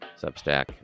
Substack